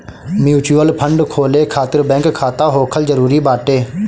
mutual fund खोले खातिर bank खाता होखल जरुरी बाटे